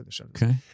Okay